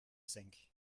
cinq